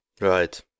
Right